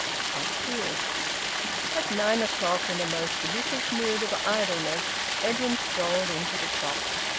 two. at nine o'clock, in a most delicious mood of idleness, edwin strolled into the shop.